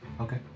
Okay